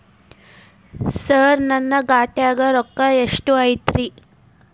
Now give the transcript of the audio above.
ಸರ ನನ್ನ ಖಾತ್ಯಾಗ ರೊಕ್ಕ ಎಷ್ಟು ಐತಿರಿ?